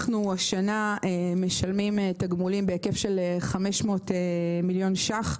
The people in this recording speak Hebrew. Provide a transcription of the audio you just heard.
אנחנו השנה משלמים תגמולים בהיקף של 500 מיליון שקלים.